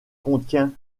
contient